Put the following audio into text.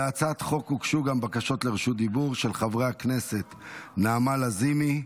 להצעת החוק הוגשו גם בקשות לרשות דיבור של חברי הכנסת נעמה לזימי,